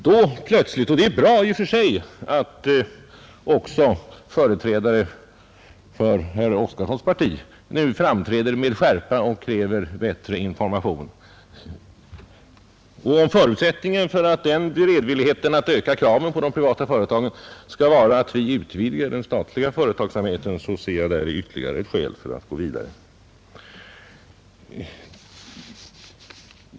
Det är i och för sig bra att även företrädare för herr Oskarsons parti nu framträder och med skärpa kräver bättre information. Om förutsättningen för den beredvilligheten att öka kraven på de privata företagen skall vara att vi utvidgar den statliga företagsamheten, så ser jag däri ytterligare ett skäl för att gå vidare.